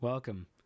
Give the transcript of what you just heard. Welcome